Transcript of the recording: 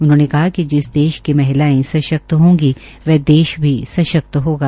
प्रधानमंत्री ने कहा कि जिस देश की महिलायें सशक्त होगी वह देश भी सशक्त होगा